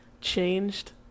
changed